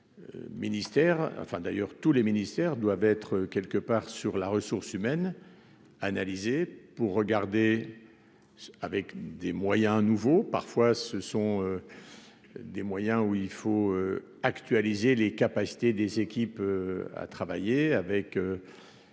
tous les ministères doivent être quelque part sur la ressource humaine analyser pour regarder avec des moyens nouveaux, parfois ce sont des moyens où il faut actualiser les capacités des équipes à travailler avec évidemment